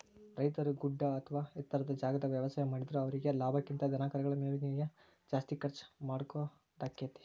ರೈತರು ಗುಡ್ಡ ಅತ್ವಾ ಎತ್ತರದ ಜಾಗಾದಾಗ ವ್ಯವಸಾಯ ಮಾಡಿದ್ರು ಅವರೇಗೆ ಲಾಭಕ್ಕಿಂತ ಧನಕರಗಳ ಮೇವಿಗೆ ನ ಜಾಸ್ತಿ ಖರ್ಚ್ ಮಾಡೋದಾಕ್ಕೆತಿ